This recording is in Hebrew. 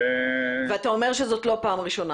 ואתה אומר שזאת לא פעם ראשונה